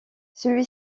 celui